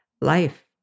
life